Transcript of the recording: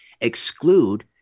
exclude